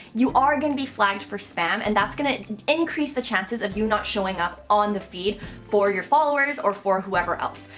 you are going to be flagged for spam, and that's going to increase the chances of you not showing up on the feed for your followers or for whoever else.